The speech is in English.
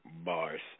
Bars